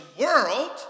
world